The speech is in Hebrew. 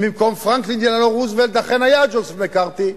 אם במקום פרנקלין דלאנו רוזוולט אכן היה ג'וזף מקארתי,